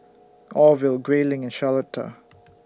Orville Grayling and Charlotta